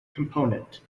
component